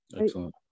Excellent